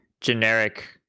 generic